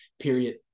period